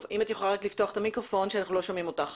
אמרת שאתם מיפיתם ויש לכם סוף סוף את הידע לגבי העתודות.